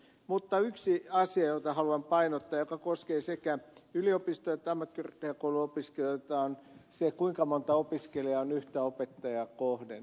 mutta yksi asia jota haluan painottaa joka koskee sekä yliopistoja että ammattikorkeakouluopiskelijoita on se kuinka monta opiskelijaa on yhtä opettajaa kohden